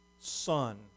son